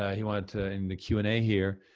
he wanted to, in the q and a here,